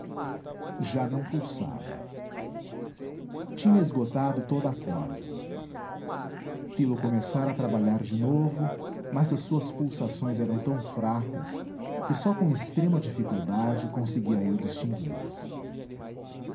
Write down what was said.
já não pulsava tinha esgotado toda a corda fi-lo começar a trabalhar de novo mas as suas pulsações eram tão fracas que só com extrema dificuldade conseguia eu